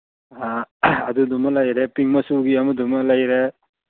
ꯑꯗꯨꯗꯨꯃ ꯂꯩꯔꯦ ꯄꯤꯡ ꯃꯆꯨꯒꯤ ꯑꯃꯗꯨꯃ ꯂꯩꯔꯦ